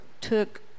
took